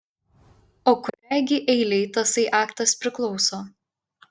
o kuriai gi eilei tasai aktas priklauso